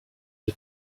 est